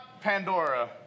Pandora